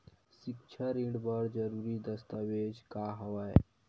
सिक्छा ऋण बर जरूरी दस्तावेज का हवय?